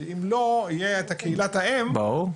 כי אם לא תהיה את קהילת האם --- ברור.